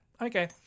Okay